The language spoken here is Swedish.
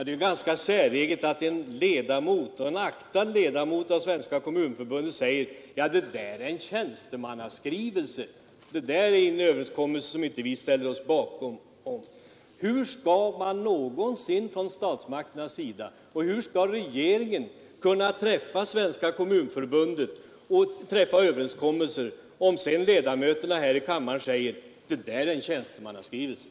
Det är ju ganska säreget att en aktad ledamot av Svenska kommunförbundets styrelse säger: Det där är en tjänstemannaskrivelse — det är en överenskommelse som vi inte ställer oss bakom. Hur skall regeringen och statsmakterna över huvud taget kunna träffa överenskommelser med Svenska kommunförbundet, om ledamöterna här i kammaren sedan säger, att de tar avstånd från överenskommelser?